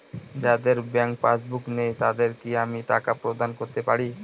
যাদের bank passbook নেই তাদের কি আমি টাকা প্রদান করতে পারি?